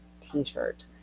T-shirt